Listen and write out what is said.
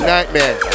Nightmare